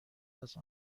است